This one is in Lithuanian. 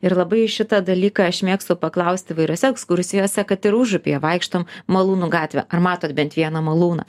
ir labai šitą dalyką aš mėgstu paklaust įvairiose ekskursijose kad ir užupyje vaikštom malūnų gatvė ar matot bent vieną malūną